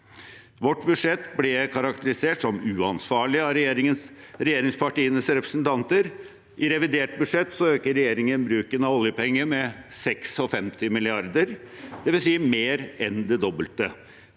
Vårt budsjett ble karakterisert som uansvarlig av regjeringspartienes representanter. I revidert budsjett øker regjeringen bruken av oljepenger med 56 mrd. kr, dvs. mer enn det dobbelte.